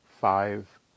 five